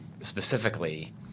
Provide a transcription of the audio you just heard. specifically